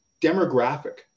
demographic